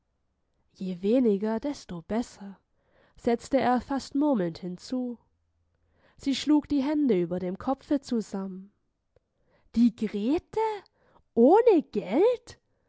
je weniger desto besser setzte er fast murmelnd hinzu sie schlug die hände über dem kopfe zusammen die grete ohne geld